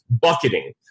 bucketing